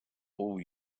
all